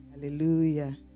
Hallelujah